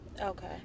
Okay